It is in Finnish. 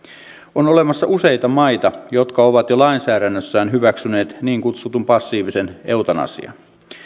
on olemassa useita maita jotka ovat jo lainsäädännössään hyväksyneet niin kutsutun passiivisen eutanasian